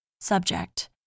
Subject